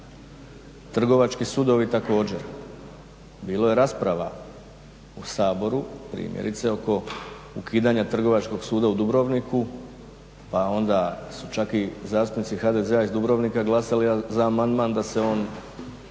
trgovački sudovi također, bilo je rasprava u Saboru primjerice oko ukidanja Trgovačkog suda u Dubrovniku pa onda su čak i zastupnici HDZ-a iz Dubrovnika glasali za amandman da se on